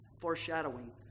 foreshadowing